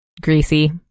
greasy